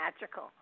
magical